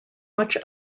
much